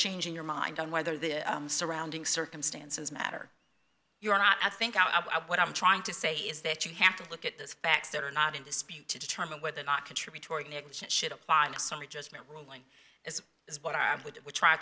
changing your mind on whether the surrounding circumstances matter you or not i think i what i'm trying to say is that you have to look at those facts that are not in dispute to determine whether or not contributory negligence should apply in a summary judgment ruling as is what i would try